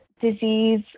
disease